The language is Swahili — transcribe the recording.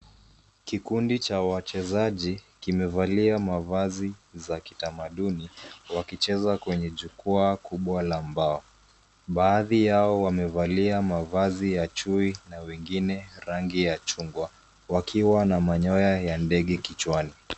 Kikundi cha wachezaji kimevalia mavazi za kitamaduni, wakicheza kwenye jukwaa kubwa la mbao. Baadhi yao wamevalia mavazi ya chui na wengine rangi ya chungwa wakiwa na manyoya ya ndege kichwani.